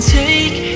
take